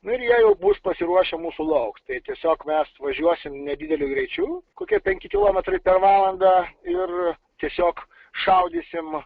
nu ir jie jau bus pasiruošę mūsų lauks tai tiesiog mes važiuosim nedideliu greičiu kokie penki kilometrai per valandą ir tiesiog šaudysim